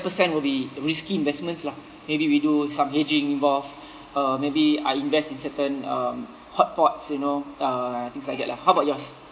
percent will be risky investments lah maybe we do some hedging involved uh maybe I invest in certain um hot pots you know uh things like that lah how about yours